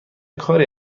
کاری